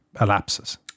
elapses